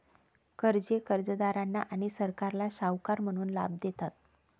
कर्जे कर्जदारांना आणि सरकारला सावकार म्हणून लाभ देतात